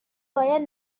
باید